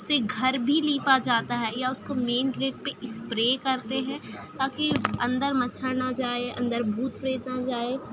اس سے گھر بھی لیپا جاتا ہے یا اس کو مین گیٹ پہ اسپرے کرتے ہیں تاکہ اندرر مچھر نہ جائے اندر بھوت پریت نہ جائے